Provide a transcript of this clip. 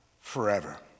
forever